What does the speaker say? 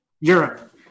Europe